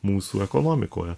mūsų ekonomikoje